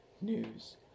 news